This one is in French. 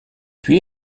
puis